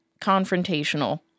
confrontational